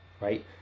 right